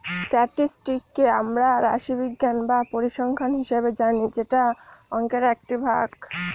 স্ট্যাটিসটিককে আমরা রাশিবিজ্ঞান বা পরিসংখ্যান হিসাবে জানি যেটা অংকের একটি ভাগ